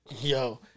yo